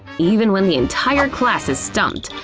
even when the entire class is stumped,